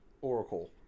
Oracle